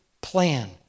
plan